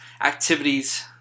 activities